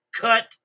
cut